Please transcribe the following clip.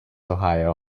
ohio